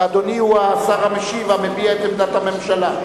ואדוני הוא השר המשיב והמביע את עמדת הממשלה.